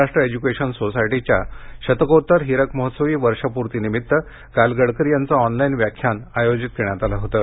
Maharashtra education सोसायटीच्या शतकोत्तर हीरक महोत्सवी वर्षपूर्तीनिमित्त काल गडकरी यांचं ऑनलाईन व्याख्यान आयोजित करण्यात आलं होतं